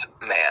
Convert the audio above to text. man